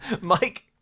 Mike